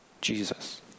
jesus